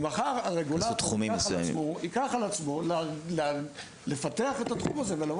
אם מחר הרגולטור ייקח על עצמו לפתח את התחום הזה.